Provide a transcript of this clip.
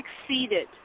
succeeded